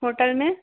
hotel में